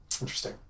Interesting